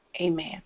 Amen